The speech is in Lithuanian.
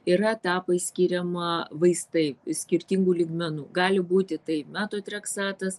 yra etapai skiriama vaistai skirtingų lygmenų gali būti tai natotreksatas